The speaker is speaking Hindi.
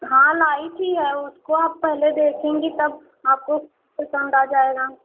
हाँ लाई थी यार उसको आप पहले देखेंगी तब आपको पसंद या जाएगा